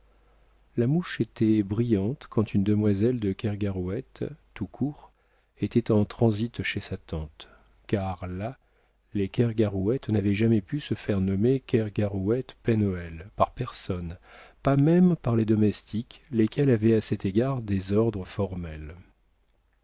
la mouche était brillante quand une demoiselle de kergarouët tout court était en transit chez sa tante car là les kergarouët n'avaient jamais pu se faire nommer kergarouët pen hoël par personne pas même par les domestiques lesquels avaient à cet égard des ordres formels